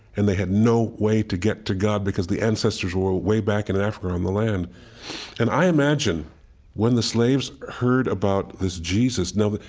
and they had no way to get to god, because the ancestors were way back in africa on the land and i imagine when the slaves heard about this jesus now,